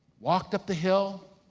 walked up the hill,